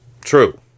True